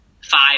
five